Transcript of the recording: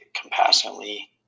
compassionately